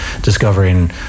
discovering